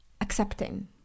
accepting